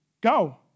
Go